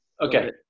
Okay